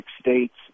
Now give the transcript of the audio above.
states